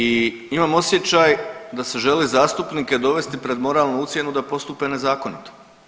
I imam osjećaj da se žele zastupnike dovesti pred moralnu ucjenu da postupe nezakonito.